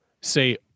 say